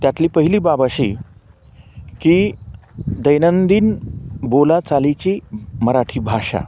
त्यातली पहिली बाब अशी की दैनंदिन बोलाचालीची मराठी भाषा